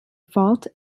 fault